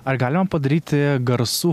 ar galima padaryti garsų